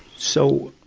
so, ah,